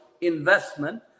investment